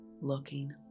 looking